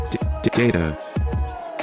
data